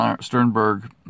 Sternberg